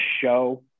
show